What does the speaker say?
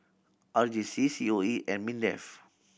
R J C C O E and MINDEF